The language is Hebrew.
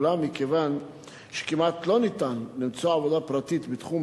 אולם מכיוון שכמעט לא ניתן למצוא עבודה פרטית בתחום,